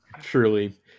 Truly